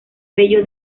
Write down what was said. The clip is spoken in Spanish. vello